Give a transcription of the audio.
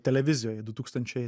televizijoje du tūkstančiai